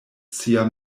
sia